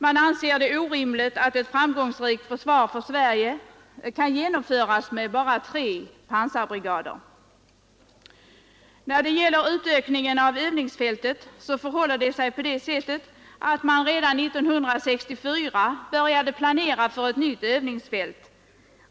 Man anser det orimligt att ett framgångsrikt försvar för Sverige kan genomföras med bara tre pansarbrigader. När det gäller utökningen av övningsfältet förhåller det sig på det sättet att man redan år 1964 började planera för ett nytt övningsfält.